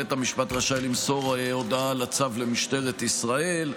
בית המשפט רשאי למסור הודעה על הצו למשטרת ישראל.